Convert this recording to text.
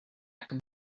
could